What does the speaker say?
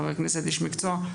חבר כנסת-איש מקצוע.